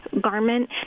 garment